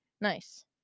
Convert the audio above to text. nice